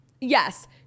Yes